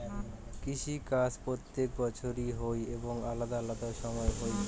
কৃষি কাজ প্রত্যেক বছর হই এবং আলাদা আলাদা সময় হই